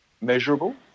measurable